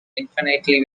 infinitely